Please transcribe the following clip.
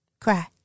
cry